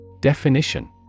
Definition